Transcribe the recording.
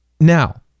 Now